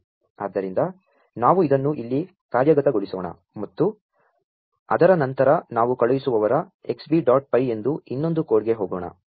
ಆದ್ದರಿಂ ದ ನಾ ವು ಇದನ್ನು ಇಲ್ಲಿ ಕಾ ರ್ಯ ಗತಗೊ ಳಿಸೋ ಣ ಮತ್ತು ಅದರ ನಂ ತರ ನಾ ವು ಕಳು ಹಿಸು ವವರ x b ಡಾ ಟ್ ಪೈ ಎಂ ಬ ಇನ್ನೊಂ ದು ಕೋ ಡ್ಗೆ ಹೋ ಗೋ ಣ